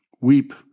weep